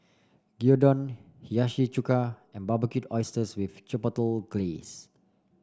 Gyudon Hiyashi Chuka and Barbecued Oysters with Chipotle Glaze